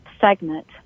segment